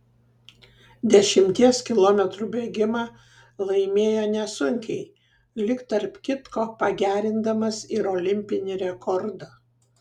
dešimties kilometrų bėgimą laimėjo nesunkiai lyg tarp kitko pagerindamas ir olimpinį rekordą